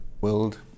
world